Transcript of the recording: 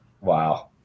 Wow